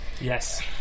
yes